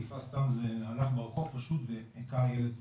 תקיפה סתם זה הלך ברחוב והיכה ילד סתם.